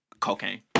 Cocaine